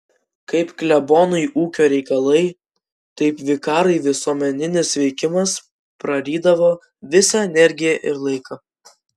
kaip klebonui ūkio reikalai taip vikarui visuomeninis veikimas prarydavo visą energiją ir laiką